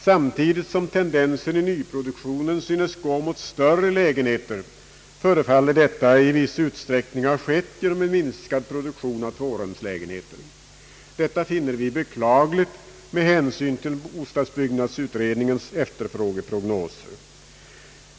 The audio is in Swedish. Samtidigt som tendensen i nyproduktionen synes gå mot större lägenheter, förefaller detta i viss utsträckning ha skett genom en minskad produktion av tvårumslägenheter. Detta finner vi beklagligt med hänsyn till bostadsbyggnadsutredningens efterfrågeprognos.